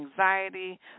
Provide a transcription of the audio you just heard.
anxiety